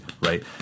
right